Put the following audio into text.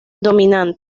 dominante